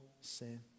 sin